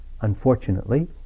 Unfortunately